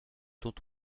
dont